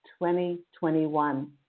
2021